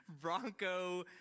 Bronco